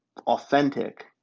authentic